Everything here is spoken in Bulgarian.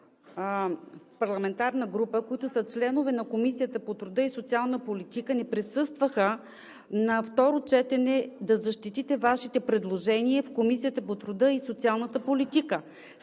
цялата парламентарна група, които са членове на Комисията по труда и социалната политика, не присъстваха на второто четене – да защитите Вашите предложения в Комисията по труда и социалната политика?